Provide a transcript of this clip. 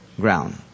ground